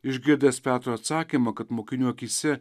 išgirdęs petro atsakymą kad mokinių akyse